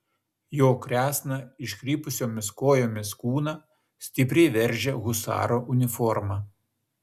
jo kresną iškrypusiomis kojomis kūną stipriai veržia husaro uniforma